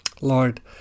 Lord